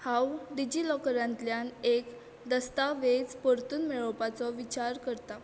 हांव डिजी लॉकरांतल्यान एक दस्तावेज परतून मेळोवपाचो विचार करतां